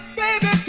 baby